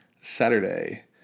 Saturday